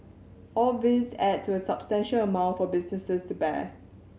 all these add to a substantial amount for businesses to bear